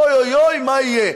אוי-אוי-אוי מה יהיה.